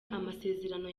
amasezerano